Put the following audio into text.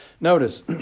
Notice